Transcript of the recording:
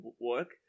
work